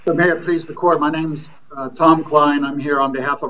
please the court my name's tom kline i'm here on behalf of